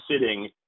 sitting